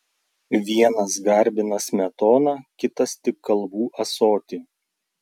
vienas garbina smetoną kitas tik kalbų ąsotį